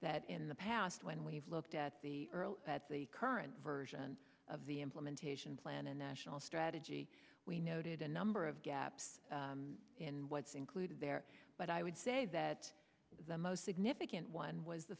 that in the past when we've looked at the earlier the current version of the implementation plan a national strategy we noted a number of gaps in what's included there but i would say that the most significant one was the